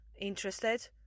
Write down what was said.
interested